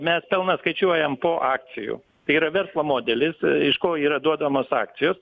mes pelną skaičiuojam po akcijų tai yar verslo modelis iš ko yra duodamos akcijos